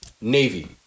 Navy